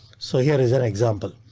so here is an example.